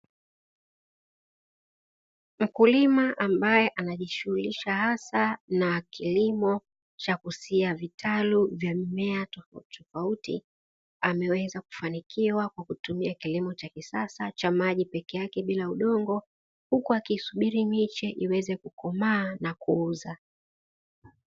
Mkulima ambaye anajishughulisha hasa na kilimo cha kusia vitalu vya mimea tofauti tofauti, ameweza kufanikiwa kwa kutumia kilimo cha kisasa cha maji peke yake bila udongo. Huku akisubiri miche iweze kukomaa na kuuza.